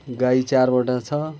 गाई चारवटा छ